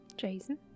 Jason